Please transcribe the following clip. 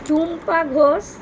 Tumpa Ghosh